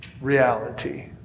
reality